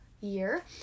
year